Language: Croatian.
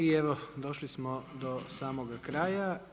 I evo, došli smo do samoga kraja.